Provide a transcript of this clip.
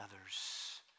others